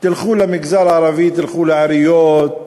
תלכו למגזר הערבי, תלכו לעיריות,